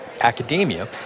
academia